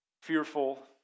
Fearful